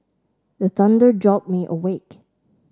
the thunder jolt me awake